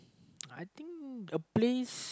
I think a place